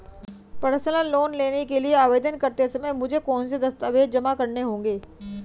Personal loan के लिए आवेदन करते समय मुझे कौन से दस्तावेज़ जमा करने होंगे?